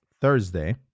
Thursday